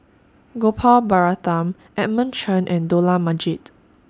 Gopal Baratham Edmund Chen and Dollah Majid